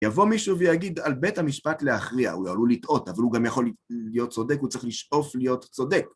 יבוא מישהו ויגיד על בית המשפט להכריע, הוא עלול לטעות, אבל הוא גם יכול להיות צודק, הוא צריך לשאוף להיות צודק.